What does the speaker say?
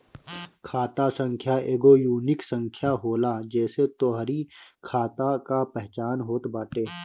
खाता संख्या एगो यूनिक संख्या होला जेसे तोहरी खाता कअ पहचान होत बाटे